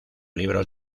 libros